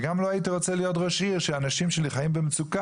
וגם לא הייתי רוצה להיות ראש עיר שהאנשים שלי חיים במצוקה